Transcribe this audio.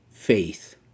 faith